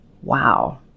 Wow